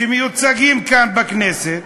שמיוצגים כאן בכנסת,